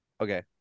Okay